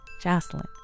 Jocelyn